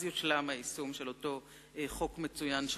אז יושלם היישום של אותו חוק מצוין שחוקקה,